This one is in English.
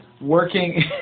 working